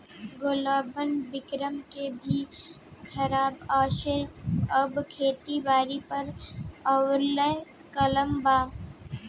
global warming के भी खराब असर अब खेती बारी पर लऊके लगल बा